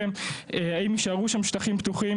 האם יישארו שם שטחים פתוחים?